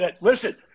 listen